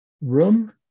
room